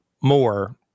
more